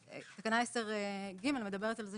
תקנה 10(ג) מדברת על כך